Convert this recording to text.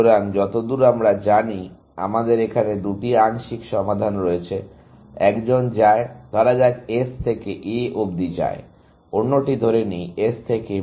সুতরাং যতদূর আমরা জানি আমাদের এখানে দুটি আংশিক সমাধান রয়েছে একজন যায় ধরা যাক S থেকে A অব্দি যায় অন্যটি ধরে নেই S থেকে B যায়